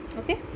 okay